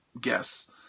guess